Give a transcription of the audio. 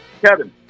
Kevin